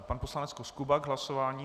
Pan poslanec Koskuba k hlasování.